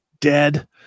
dead